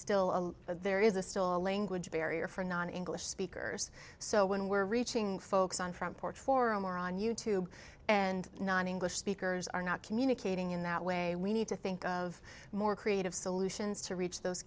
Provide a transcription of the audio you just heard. still a there is a still a language barrier for non english speakers so when we're reaching folks on front porch forum or on you tube and non english speakers are not communicating in that way we need to think of more creative solutions to reach those